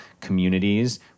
communities